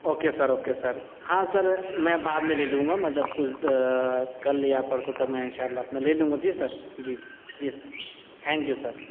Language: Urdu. اوکے سر اوکے سر ہاں سر میں بعد میں لے لوں گا مطلب کچھ کل یا پرسوں تک میں انشاء اللہ میں اپنا لے لوں گا جی سر جی جی جی سر تھینک یو سر